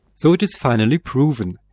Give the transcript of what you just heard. so it is finally proven,